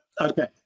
okay